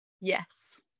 Yes